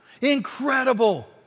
Incredible